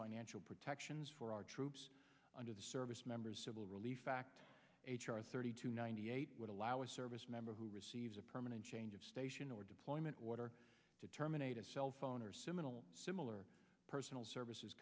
financial protections for our troops under the service members civil relief act h r thirty two ninety eight would allow a service member who receives a permanent change of station or deployment order to terminate a cellphone or similar personal services